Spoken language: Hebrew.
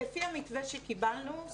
לפי המתווה שקיבלנו,